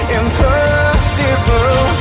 impossible